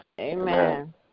Amen